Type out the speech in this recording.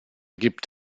gibt